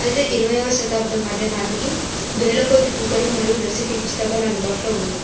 అయితే ఇరవైయవ శతాబ్దం మధ్య నాటికి వేలకొద్దీ కుకరీ మరియు రెసిపీ పుస్తకాలు అందుబాటులో ఉన్నాయి